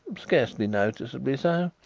scarcely noticeably so.